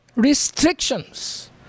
Restrictions